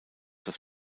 das